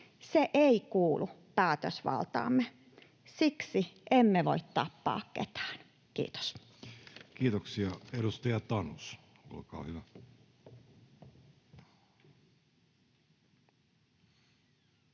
Se ei kuulu päätösvaltaamme. Siksi emme voi tappaa ketään. — Kiitos. Kiitoksia. — Edustaja Tanus, olkaa hyvä.